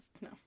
No